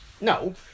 No